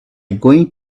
going